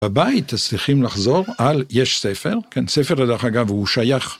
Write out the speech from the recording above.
בבית אז צריכים לחזור על יש ספר, כן ספר, ודרך אגב הוא שייך.